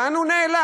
לאן הוא נעלם?